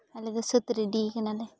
ᱟᱞᱮ ᱫᱚ ᱥᱟᱹᱛ ᱨᱮᱰᱤ ᱟᱠᱟᱱᱟᱞᱮ